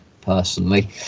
personally